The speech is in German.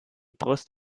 brust